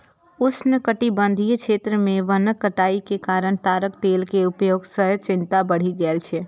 उष्णकटिबंधीय क्षेत्र मे वनक कटाइ के कारण ताड़क तेल के उपयोग सं चिंता बढ़ि गेल छै